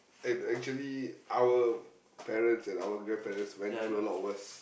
and actually our parents and our grandparents went through a lot worse